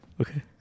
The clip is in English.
Okay